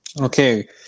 Okay